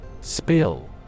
Spill